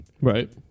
right